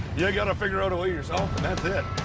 yeah got to figure out a way yourself and that's it.